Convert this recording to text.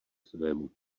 svému